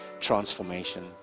transformation